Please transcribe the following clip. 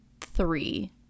three